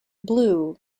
blue